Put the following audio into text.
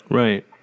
right